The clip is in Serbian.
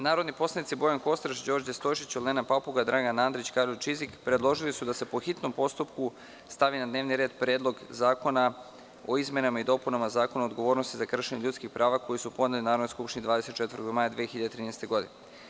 Narodni poslanici Bojan Kostreš, Đorđe Stojšić, Olena Papuga, Dragan Andrić i Karolj Čizik predložili su da se po hitnom postupku stavi na dnevni red Predlog zakona o izmenama i dopunama Zakona o odgovornosti za kršenje ljudskih prava, koji su podneli Narodnoj skupštini 24. maja 2013. godine.